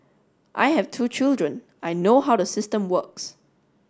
I have two children I know how the system works